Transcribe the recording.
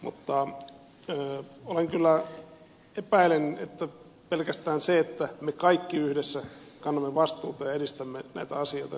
mutta epäilen kyllä että pelkästään se että me kaikki yhdessä kannamme vastuuta ja edistämme näitä asioita riittää